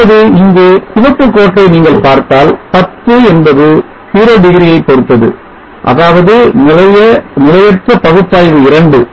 இப்போது இங்கே சிவப்பு கோட்டை நீங்கள் பார்த்தால் I0 என்பது 00 யைப் பொருத்தது அதாவது நிலைய நிலையற்றற்ற பகுப்பாய்வு 2